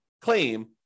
claim